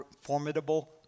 formidable